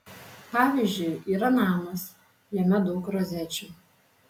pavyzdžiui yra namas jame daug rozečių